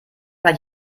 mal